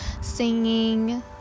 singing